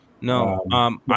No